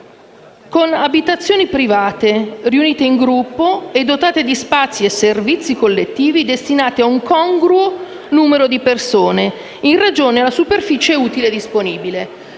«abitazioni private riunite in gruppo e dotate di spazi e servizi collettivi, destinate a un congruo numero di persone in ragione della superficie utile disponibile».